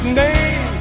name